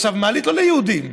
מעלית לא רק ליהודים,